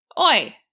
Oi